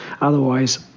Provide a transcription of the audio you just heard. Otherwise